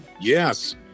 Yes